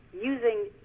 using